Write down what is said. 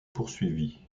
produisit